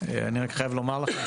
אני רק חייב לומר לכם,